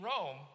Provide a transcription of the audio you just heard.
Rome